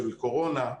של קורונה,